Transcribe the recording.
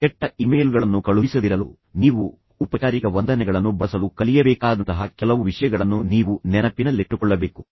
ಕೆಟ್ಟ ಇಮೇಲ್ಗಳನ್ನು ಕಳುಹಿಸದಿರಲು ನೀವು ಔಪಚಾರಿಕ ವಂದನೆಗಳನ್ನು ಬಳಸಲು ಕಲಿಯಬೇಕಾದಂತಹ ಕೆಲವು ವಿಷಯಗಳನ್ನು ನೀವು ನೆನಪಿನಲ್ಲಿಟ್ಟುಕೊಳ್ಳಬೇಕು